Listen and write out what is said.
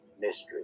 mystery